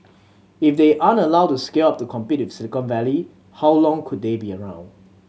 if they aren't allowed to scale up to compete with Silicon Valley how long could they be around